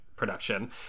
production